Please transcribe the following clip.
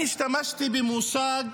אני השתמשתי במושג